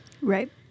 Right